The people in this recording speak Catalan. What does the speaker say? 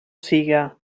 siga